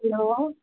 hello